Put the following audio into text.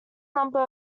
number